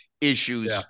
issues